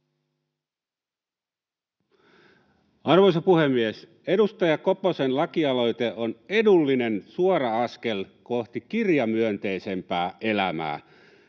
Arvoisa puhemies! Edustaja Koposen lakialoite on edullinen, suora askel kohti kirjamyönteisempää elämää.